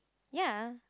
ya